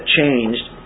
changed